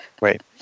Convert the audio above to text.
Wait